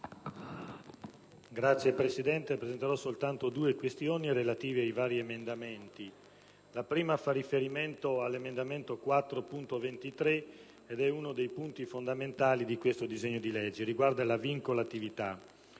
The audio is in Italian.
Signor Presidente, affronterò soltanto due questioni relative a due emendamenti. La prima fa riferimento all'emendamento 4.23 e riguarda uno dei punti fondamentali di questo disegno di legge: la vincolatività.